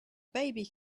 baby